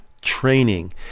training